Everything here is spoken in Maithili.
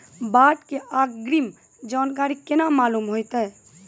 बाढ़ के अग्रिम जानकारी केना मालूम होइतै?